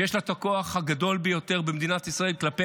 שיש לה הכוח הגדול ביותר במדינת ישראל כלפי